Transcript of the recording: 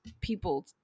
people